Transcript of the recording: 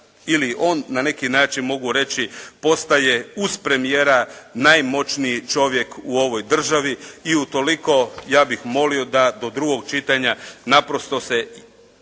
ili on na neki način mogu reći postaje uz premijera najmoćniji čovjek u ovoj državi i utoliko ja bih molio da do drugog čitanja naprosto se